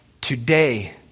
today